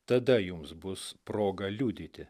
tada jums bus proga liudyti